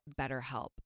BetterHelp